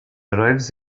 arrives